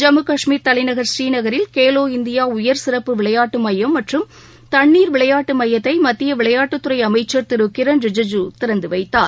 ஜம்மு கஷ்மீர் தலைநகர் ஸ்ரீநகரில் கேலோ இந்தியாஉயர்சிறப்பு விளையாட்டுமையம் மற்றும் தண்ணீர் விளையாட்டுமையத்தைமத்தியவிளையாட்டுத்துறைஅமைச்சர் திருகிரண் ரிஜிஜூ திறந்துவைத்தார்